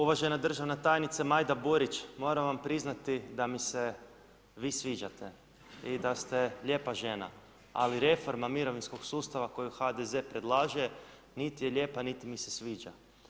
Uvažena državna tajnice Majda Burić, moram vam priznati da mi se vi sviđate i da ste lijepa žena, ali reforma mirovinskog sustava, koja HDZ predlaže niti je lijepa niti mi se sviđa.